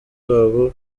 babo